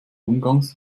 umgangs